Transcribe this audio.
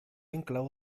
inclou